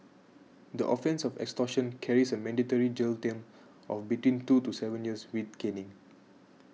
the offence of extortion carries a mandatory jail term of between two to seven years with caning